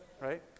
Right